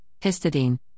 Histidine